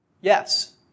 Yes